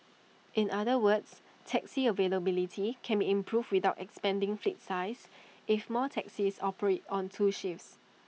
in other words taxi availability can be improved without expanding fleet size if more taxis operate on two shifts